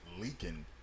leaking